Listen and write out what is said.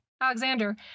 Alexander